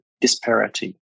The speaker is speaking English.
disparity